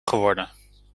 geworden